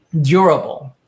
durable